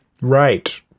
Right